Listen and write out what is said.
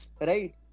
right